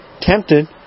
tempted